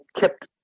kept